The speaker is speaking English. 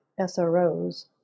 SROs